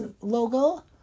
logo